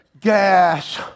gas